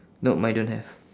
no mine don't have